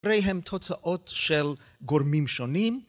הרי הם תוצאות של גורמים שונים.